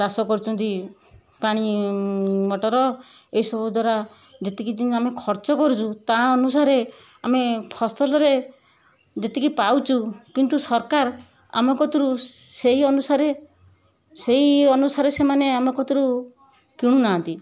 ଚାଷ କରୁଛନ୍ତି ପାଣି ମଟର ଏସବୁ ଦ୍ୱାରା ଯେତିକି ଦିନ ଆମେ ଖର୍ଚ୍ଚ କରୁଛୁ ତା ଅନୁସାରେ ଆମେ ଫସଲରେ ଯେତିକି ପାଉଛୁ କିନ୍ତୁ ସରକାର ଆମ କତୁରୁ ସେଇ ଅନୁସାରେ ସେଇ ଅନୁସାରେ ସେମାନେ ଆମ କତୁରୁ କିଣୁ ନାହାଁନ୍ତି